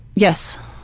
yes.